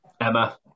Emma